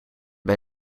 bij